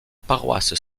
paroisse